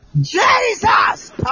jesus